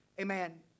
amen